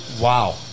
Wow